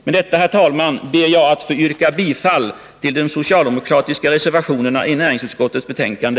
Med detta, herr talman, ber jag att få yrka bifall till de socialdemokratiska reservationerna 1-6 i näringsutskottets betänkande.